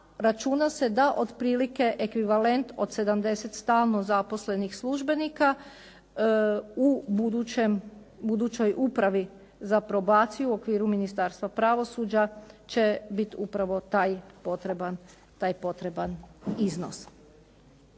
računa se da otprilike ekvivalent od 70 stalno zaposlenih službenika u budućoj upravi za probaciju u okviru Ministarstva pravosuđa će bit upravo taj potreban iznos.